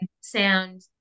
sound